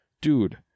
dude